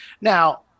now